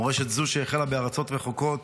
מורשת זו, שהחלה בארצות רחוקות